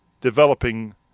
developing